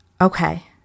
okay